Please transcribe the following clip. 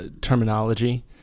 terminology